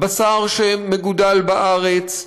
בשר שמגודל בארץ,